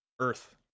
Earth